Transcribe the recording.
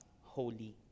holy